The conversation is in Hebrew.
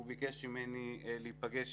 הוא ביקש ממני להיפגש